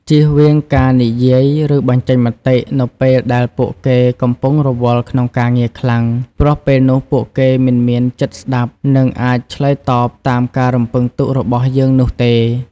ជៀសវាងការនិយាយ ឬបញ្ចេញមតិ នៅពេលដែលពួកគេកំពុងរវល់ក្នុងការងារខ្លាំង ព្រោះពេលនោះពួកគេមិនមានចិត្តស្តាប់ និងអាចឆ្លើយតបតាមការរំពឹងទុករបស់យើងនោះទេ។